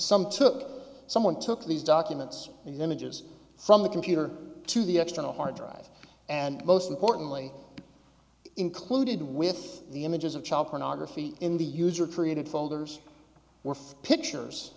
some took someone took these documents and images from the computer to the external hard drive and most importantly included with the images of child pornography in the user created folders were pictures